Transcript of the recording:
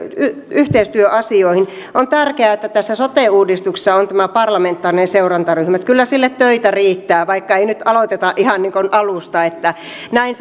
yhteistyöasioihin on tärkeää että tässä sote uudistuksessa on tämä parlamentaarinen seurantaryhmä kyllä sille töitä riittää vaikka ei nyt aloiteta ihan alusta näin